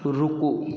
रूकू